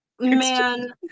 man